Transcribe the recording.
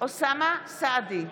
אוסאמה סעדי,